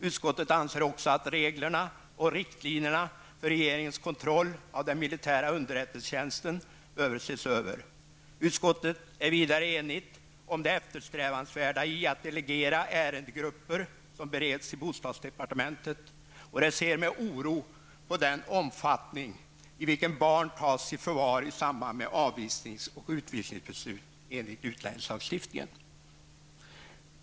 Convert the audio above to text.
Utskottet anser också att reglerna och riktlinjerna för regeringens kontroll av den militära underrättelsetjänsten behöver ses över. Utskottet är vidare enigt om det eftersträvansvärda i att delegera ärendegrupper som bereds i bostadsdepartementet, och det ser med oro på den omfattning i vilken barn tas i förvar i samband med avvisnings och utvisningsbeslut enligt utlänningslagen. Herr talman!